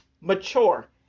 mature